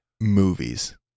movies